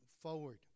forward